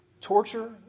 torture